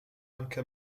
anche